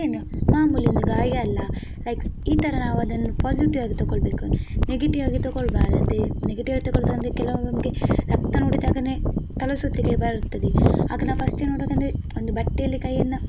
ಏನು ಮಾಮೂಲಿ ಒಂದು ಗಾಯ ಅಲ್ಲ ಲೈಕ್ ಈ ಥರ ನಾವು ಅದನ್ನು ಪಾಸಿಟಿವಾಗಿ ತೊಗೊಳ್ಬೇಕು ನೆಗೆಟಿವಾಗಿ ತಗೊಳ್ಬಾರ್ದು ಅಂದರೆ ನೆಗೆಟಿವಾಗಿ ತೊಗೊಳ್ಳೋದಂದ್ರೆ ಕೆಲವೊಮ್ಮೆ ನಮಗೆ ರಕ್ತ ನೋಡಿದಾಗಲೇ ತಲೆ ಸುತ್ತಲಿಕ್ಕೆ ಬರುತ್ತದೆ ಆಗ ನಾವು ಫಸ್ಟು ಏನು ಮಾಡಬೇಕಂದ್ರೆ ಒಂದು ಬಟ್ಟೆಯಲ್ಲಿ ಕೈಯ್ಯನ್ನ